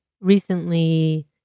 recently